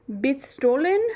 Bitstolen